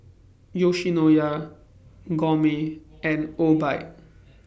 Yoshinoya Gourmet and Obike